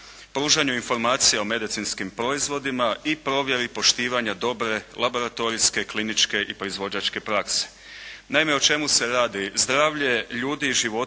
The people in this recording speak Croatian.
pružanju informacija o medicinskim proizvodima i provjeri poštivanja dobre laboratorijske, kliničke i proizvođačke prakse. Naime, o čemu se radi? Zdravlje ljudi i životinja